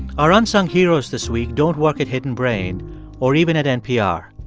our unsung heroes this week don't work at hidden brain or even at npr,